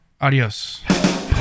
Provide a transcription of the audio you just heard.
Adios